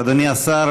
אדוני השר,